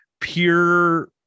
pure